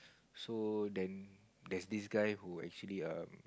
so then there's this guy who actually um